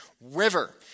river